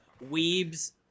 weebs